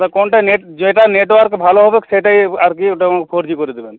তো কোনটা নেট যেটা নেটওয়ার্ক ভালো হবে সেটাই আর কী ওটা আমাকে ফোর জি করে দিবেন